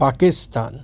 Pakistan